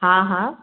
हा हा